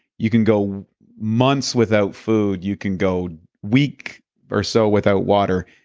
you can go months without food, you can go week or so without water,